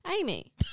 Amy